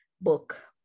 book